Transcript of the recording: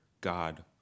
God